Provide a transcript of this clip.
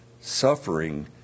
suffering